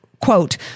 quote